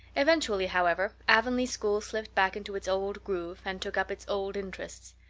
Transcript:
eventually, however, avonlea school slipped back into its old groove and took up its old interests.